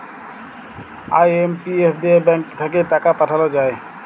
IMPS দিয়ে bank থাক্যে টাকা পাঠাল যায়